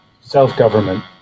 self-government